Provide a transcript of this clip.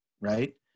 right